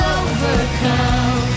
overcome